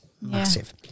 Massive